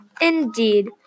Indeed